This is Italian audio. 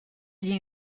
gli